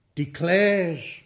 declares